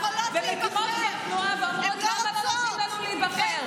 כמו תנועת נבחרות,